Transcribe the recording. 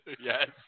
Yes